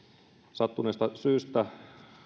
sattuneesta syystä